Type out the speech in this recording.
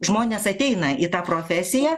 žmonės ateina į tą profesiją